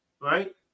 right